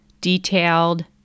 detailed